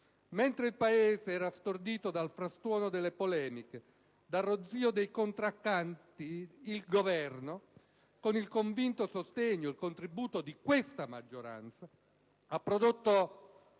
Mentre il Paese era stordito dal frastuono delle polemiche, dal ronzio dei controcanti, il Governo, con il convinto sostegno e il contributo di questa maggioranza, ha prodotto